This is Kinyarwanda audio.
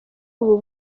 ubu